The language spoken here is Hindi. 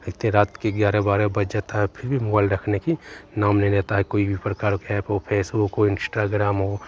इतनी रात के ग्यारह बारह बज जाता है फिर भी मोबाइल रखने का नाम नहीं लेता है कोई भी प्रकार का एप हो फेसबुक हो इन्स्टाग्राम हो